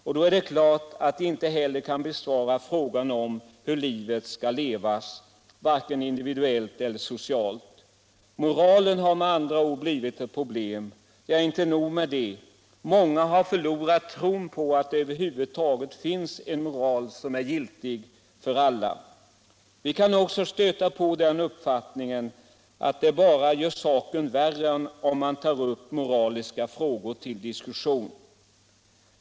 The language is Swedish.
Och då är det klart att de inte heller kan besvara frågan hur livet skall levas — varken individuellt eller socialt. Moralen har med andra ord blivit ett problem. Ja, inte nog med det. Många har förlorat tron på att det över huvud taget finns en moral som är giltig för alla. Vi kan också stöta på den uppfattningen att det bara gör saken värre om man tar upp moraliska frågor till diskussion.